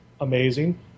amazing